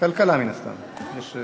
תודה לחבר הכנסת יוגב.